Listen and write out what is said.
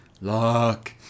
luck